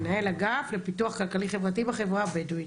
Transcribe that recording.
מנהל אגף לפיתוח כלכלי חברתי בחברה הבדואית.